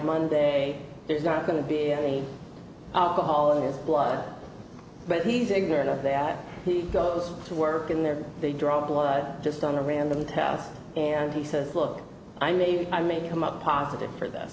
monday there's not going to be a call in his blood but he's ignorant of that he goes to work in there they draw blood just on a random test and he says look i may i may come up positive for th